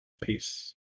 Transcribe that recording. Peace